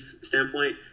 standpoint